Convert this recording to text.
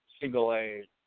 single-A